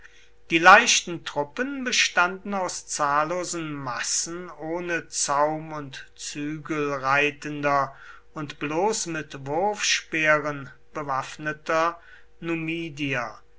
die leichten truppen bestanden aus zahllosen massen ohne zaum und zügel reitender und bloß mit wurfspeeren bewaffneter numidier